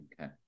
okay